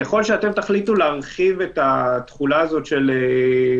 ככל שאתם תחליטו להרחיב את התחולה של מינוי